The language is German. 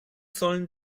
sollen